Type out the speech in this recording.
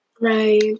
right